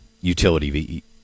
utility